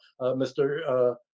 Mr